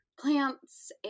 plants